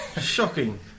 Shocking